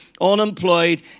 unemployed